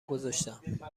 گذاشتم